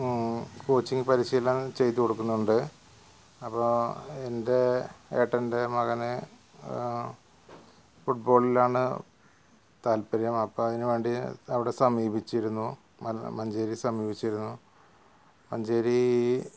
coaching പരിശീലനം ചെയ്തു കൊടുക്കുന്നുണ്ട് അപ്പോൾ എന്റെ ഏട്ടന്റെ മകന് ഫുട്ബോളിലാണ് താല്പര്യം അപ്പം അതിന് വേണ്ടി അവിടെ സമീപിച്ചിരുന്നു മ മഞ്ചേരി സമീപിച്ചിരുന്നു മഞ്ചേരിയിൽ